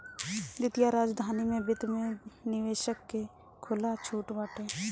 वित्तीय राजधानी में वित्त में निवेशक के खुला छुट बाटे